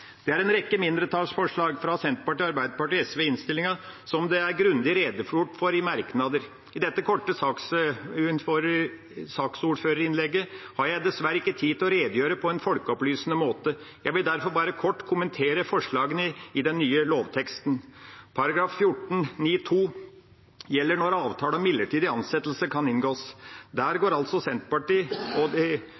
Det er en rekke mindretallsforslag fra Arbeiderpartiet, Senterpartiet og SV i innstillinga, som det er grundig redegjort for i merknader. I dette korte saksordførerinnlegget har jeg dessverre ikke tid til å redegjøre på en folkeopplysende måte. Jeg vil derfor bare kort kommentere forslagene i den nye lovteksten: § 14-9 andre ledd gjelder når avtale om midlertidig ansettelse kan inngås. Der går altså Arbeiderpartiet, Senterpartiet og SV inn for å gå